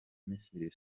misiri